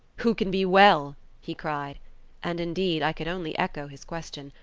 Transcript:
who can be well he cried and, indeed, i could only echo his question,